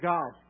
God